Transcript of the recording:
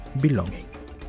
belonging